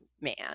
man